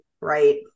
right